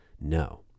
no